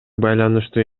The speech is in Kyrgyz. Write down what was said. байланыштуу